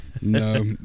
No